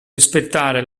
rispettare